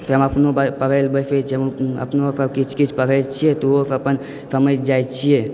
फेर हम अपनो पढ़य लऽ बैसै छी हम अपनोसँ किछु किछु पढ़य छियै तऽ ओहोसभ अपन समझि जाइत छियै